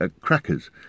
crackers